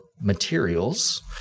materials